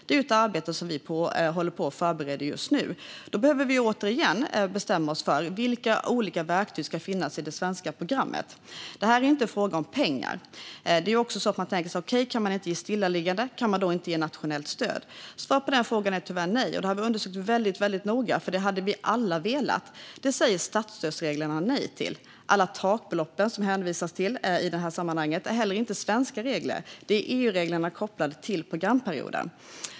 Det arbetet håller vi på att förbereda just nu, och då behöver vi åter bestämma oss för vilka olika verktyg som ska finnas i det svenska programmet. Det är inte fråga om pengar. Om man inte kan ge stillaliggandestöd, kan man då inte ge nationellt stöd? Svaret är tyvärr nej. Vi har undersökt det noga, för vi hade alla velat det. Men detta säger statsstödsreglerna nej till. Alla takbelopp det hänvisas till är inte heller svenska regler, utan det är EU-regler kopplade till programperioden.